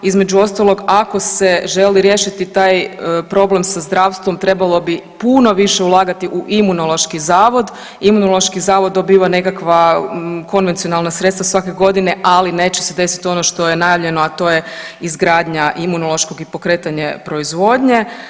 Između ostalog ako se želi riješiti taj problem sa zdravstvom trebalo bi puno više ulagati u Imunološki zavod, Imunološki zavod dobivao je nekakva konvencionalna sredstva svake godine, ali neće se desit ono što je najavljeno, a to je izgradnja imunološkog i pokretanje proizvodnje.